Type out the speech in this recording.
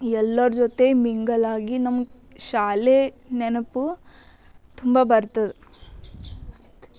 ಎಲ್ಲರ್ ಜೊತೆ ಮಿಂಗಲಾಗಿ ನಮ್ಗೆ ಶಾಲೆ ನೆನಪು ತುಂಬ ಬರ್ತದೆ ಆಯ್ತು